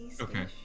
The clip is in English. Okay